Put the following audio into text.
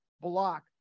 block